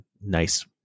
nice